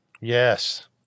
Yes